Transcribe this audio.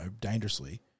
dangerously